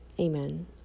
Amen